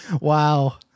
Wow